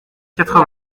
quatre